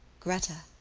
gretta!